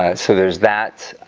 ah so there's that?